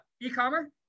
e-commerce